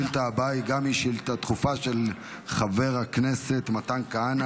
השאילתה הבאה היא גם שאילתה דחופה של חבר הכנסת מתן כהנא